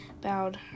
bowed